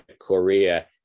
Korea